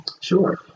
Sure